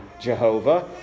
Jehovah